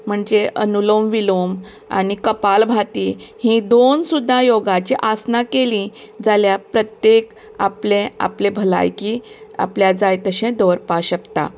म्हणजे अनुलोम विलोम आनी कपालभाती हीं दोन सुद्दां योगाचीं आसनां केलीं जाल्यार प्रत्येक आपलें आपलें भलायकी आपल्या जाय तशें दवरपा शकता